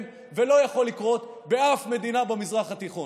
ולא יכול לקרות באף מדינה במזרח התיכון.